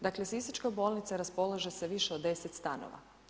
Dakle, sisačka bolnica raspolaže sa više od 10 stanova.